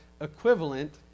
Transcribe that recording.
equivalent